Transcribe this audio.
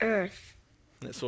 Earth